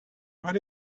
where